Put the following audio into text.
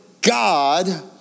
God